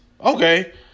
Okay